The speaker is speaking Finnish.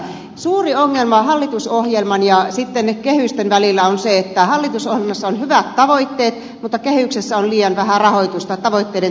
suuri ongelma hallitusohjelman ja kehysten välillä on se että hallitusohjelmassa on hyvät tavoitteet mutta kehyksessä on liian vähän rahoitusta tavoitteiden toteuttamiseen